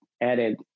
added